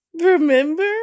Remember